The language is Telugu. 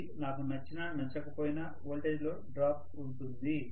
అది నాకు నచ్చినా నచ్చకపోయినా వోల్టేజ్ లో డ్రాప్ ఉంటుంది